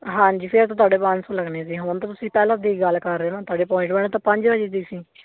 ਹਾਂਜੀ ਫਿਰ ਤਾਂ ਤੁਹਾਡੇ ਪੰਜ ਸੌ ਲੱਗਣੇ ਸੀ ਹੁਣ ਤਾਂ ਤੁਸੀਂ ਪਹਿਲਾਂ ਦੀ ਗੱਲ ਕਰ ਰਹੇ ਹੋ ਨਾ ਤੁਹਾਡੀ ਅਪੋਆਇੰਟਮੈਂਟ ਤਾਂ ਪੰਜ ਵਜੇ ਦੀ ਸੀ